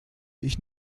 ich